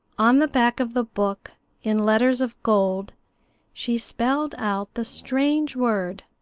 on the back of the book in letters of gold she spelled out the strange word,